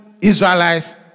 Israelites